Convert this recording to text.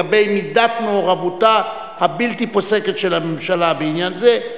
לגבי מידת מעורבותה הבלתי-פוסקת של הממשלה בעניין זה,